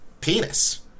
penis